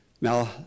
Now